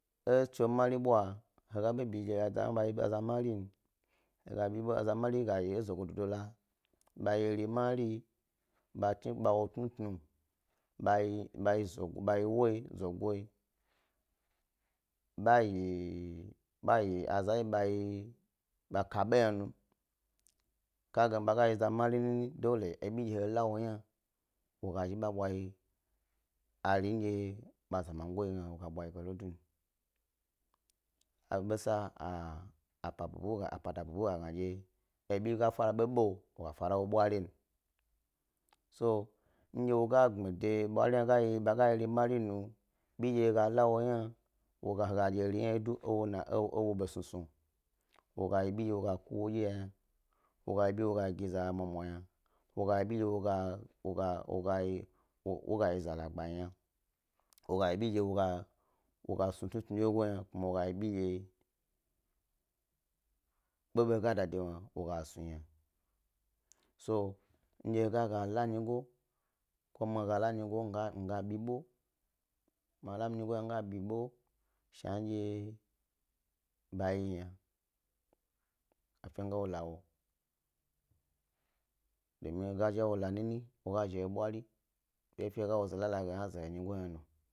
E etso mari bwa hega be bi dye a za hna ba yi eza marin, he ga bibo aza hna be yi eza marin ezogo dodo lo? Be eri mari be chni wo tnu tnu, be yi, be yi ewo zogoyi be yi, be yi aza nɗye beyi ɓa kaɓenu ni ka gani be gayi za mari nini ebi ndye he la wo hna wo ga zhi wo, be bwayi ari ndye wo azamago gig e oyna wo ga zhi wo ba bwayi ge lo don, wo ribo sa a bata bubuyi ga gna dye ebi ga fara de bobo woga fara ewo bwari so ndye wo ga gni dye bwari he woyi eri mariyinu bi ndye he ga la wo hni he dye ewo he ga dye eri hna wye do ewobo snu snu wo, wo ga yi ebi ndye woga kuwo dye ya yna, wo gayi ebi woga za mwamwa yna, wo ga yi ebi wogayi zalagbanyna, wo gayi ebi ndye wo gas nu tnu tnu dyegoyi yna ko wo ga yi ebi ndye bobo he ga da dewogi woga snu yna. So ndye he ga gala nyigo he, ga gala nyigo, nga ɓebe miga la nyigo yna nga bibo shna dye be yi yna domin he ga wo la nini wo ga zhi he bwari, fefe he ga wo zo lala ge yna wa ze he hyigo hna.